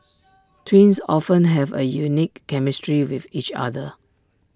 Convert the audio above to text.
twins often have A unique chemistry with each other